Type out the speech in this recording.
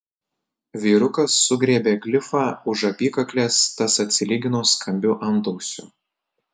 vyrukas sugriebė klifą už apykaklės tas atsilygino skambiu antausiu